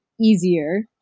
easier